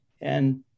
and-